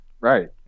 Right